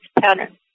pattern